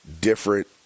different